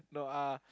no uh